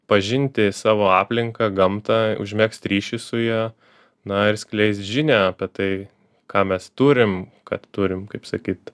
pažinti savo aplinką gamtą užmegzt ryšį su ja na ir skleist žinią apie tai ką mes turim kad turim kaip sakyt